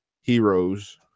heroes